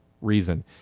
reason